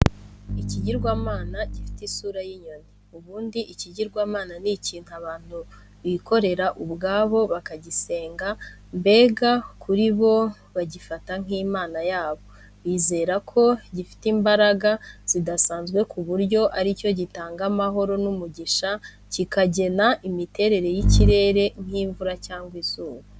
Ikigirwamana gifite isura y'inyoni. Ubundi ikigirwamana ni ikintu abantu bikorera ubwabo bakagisenga, mbega kuri bo bagifata nk'Imana yabo. Bizera ko gifite imbaraga zidasanzwe ku buryo ari cyo gitanga amahoro n'umugisha kikagena imiterere y'ikirere nk'imvura cyangwa izuba.